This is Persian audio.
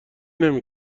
نمی